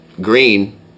green